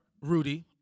Rudy